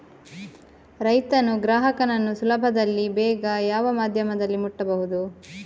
ರೈತನು ಗ್ರಾಹಕನನ್ನು ಸುಲಭದಲ್ಲಿ ಬೇಗ ಯಾವ ಮಾಧ್ಯಮದಲ್ಲಿ ಮುಟ್ಟಬಹುದು?